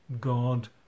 God